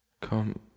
come